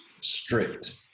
strict